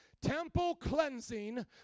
temple-cleansing